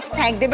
hang